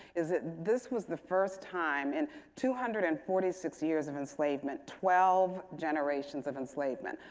is that this was the first time in two hundred and forty six years of enslavement, twelve generations of enslavement,